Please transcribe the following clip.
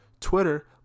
Twitter